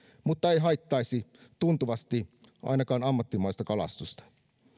mutta ei haittaisi tuntuvasti ainakaan ammattimaista kalastusta